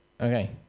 Okay